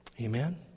Amen